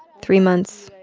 three months,